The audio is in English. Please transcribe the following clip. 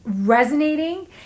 resonating